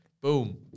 Boom